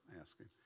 asking